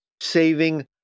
Saving